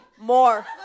More